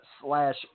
slash